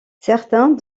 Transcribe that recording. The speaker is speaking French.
certains